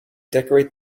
decorate